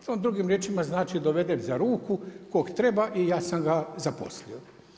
To vam drugim riječima znači dovedem za ruku koga treba i ja sam ga zaposlio.